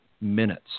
minutes